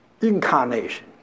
incarnation